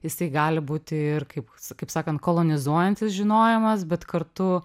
jisai gali būti ir kaip kaip sakant kolonizuojantis žinojimas bet kartu